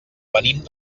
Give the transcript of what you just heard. venim